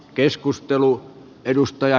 herra puhemies